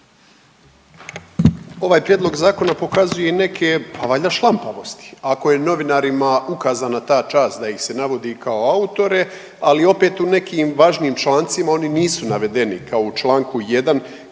Ovaj prijedlog zakona pokazuje neke pa valjda šlampavosti ako je novinarima ukazana ta čas da ih navodi kao autore, ali opet u nekim važnijim člancima oni nisu navedeni kao u Članku 1.